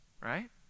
right